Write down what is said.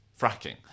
fracking